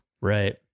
Right